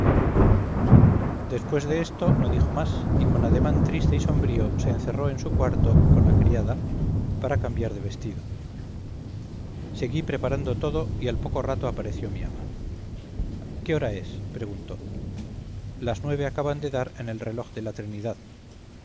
después de esto no dijo más y con ademán triste y sombrío se encerró en su cuarto con la criada para cambiar de vestido seguí preparando todo y al poco rato apareció mi ama qué hora es preguntó las nueve acaban de dar en el reloj de la trinidad